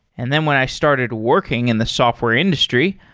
and then when i started working in the software industry,